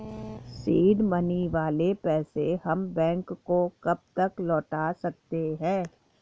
Seed money वाले पैसे हम बैंक को कब तक लौटा सकते हैं?